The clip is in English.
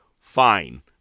fine